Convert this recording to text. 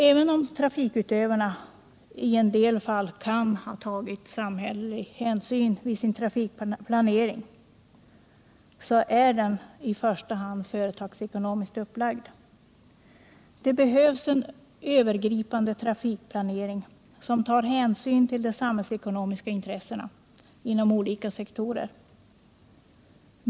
Även om trafikutövarna i en del fall kan ha tagit samhällelig hänsyn vid sin trafikplanering, är den i första hand företagsekonomiskt upplagd. Det behövs en övergripande trafikplanering, som tar hänsyn till de samhällsekonomiska intressena inom olika sektorer.